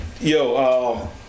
Yo